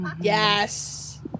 yes